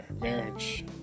marriage